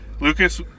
lucas